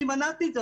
אני מנעתי את זה.